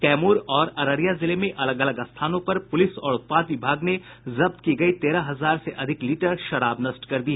कैमूर और अररिया जिले में अलग अलग स्थानों पर पुलिस और उत्पाद विभाग ने जब्त की गयी तेरह हजार से अधिक लीटर शराब नष्ट कर दी